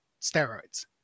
steroids